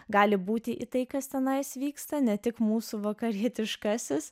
gali būti į tai kas tenai vyksta ne tik mūsų vakarietiškasis